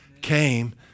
came